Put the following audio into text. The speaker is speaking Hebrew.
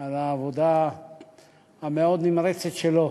על העבודה המאוד-נמרצת שלו